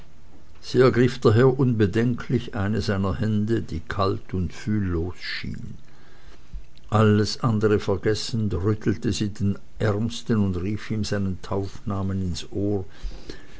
sie ergriff daher unbedenklich eine seiner hände die kalt und fühllos schien alles andere vergessend rüttelte sie den ärmsten und rief ihm seinen taufnamen ins ohr